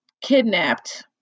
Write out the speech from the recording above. kidnapped